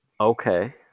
Okay